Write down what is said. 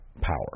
power